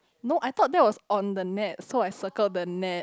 no I thought that was on the net so I circle the net